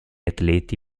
atleti